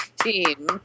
team